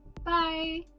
Bye